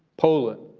poland,